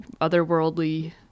otherworldly